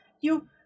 You-